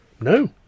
No